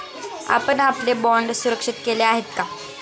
आपण आपले बाँड सुरक्षित केले आहेत का?